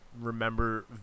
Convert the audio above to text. remember